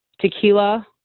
tequila